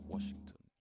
Washington